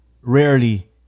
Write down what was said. rarely